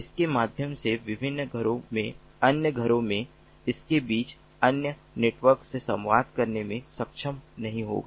इनके माध्यम से विभिन्न घरों में अन्य घरों में इनके बीच अन्य नेटवर्क से संवाद करने में सक्षम नहीं होगा